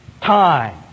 Time